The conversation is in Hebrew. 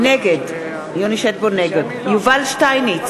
נגד יובל שטייניץ,